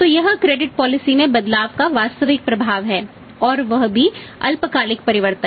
तो यह credit policy में बदलाव का वास्तविक प्रभाव है और वह भी अल्पकालिक परिवर्तन